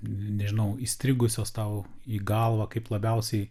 nežinau įstrigusios tau į galvą kaip labiausiai